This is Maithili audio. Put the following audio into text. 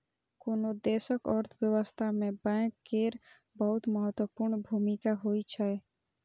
कोनो देशक अर्थव्यवस्था मे बैंक केर बहुत महत्वपूर्ण भूमिका होइ छै